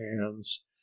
hands